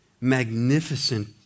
magnificent